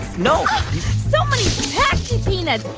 no so many packing peanuts.